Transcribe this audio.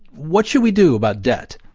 what should we do about debt?